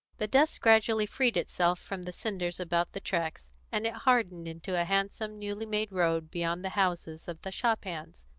the dust gradually freed itself from the cinders about the tracks, and it hardened into a handsome, newly made road beyond the houses of the shop hands.